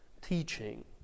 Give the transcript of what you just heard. teaching